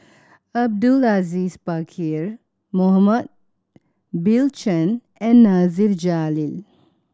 Abdul Aziz Pakkeer Mohamed Bill Chen and Nasir Jalil